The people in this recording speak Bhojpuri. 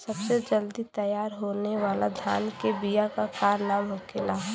सबसे जल्दी तैयार होने वाला धान के बिया का का नाम होखेला?